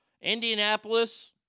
Indianapolis